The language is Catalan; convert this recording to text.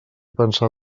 pensar